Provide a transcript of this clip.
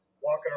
walking